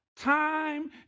time